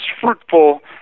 fruitful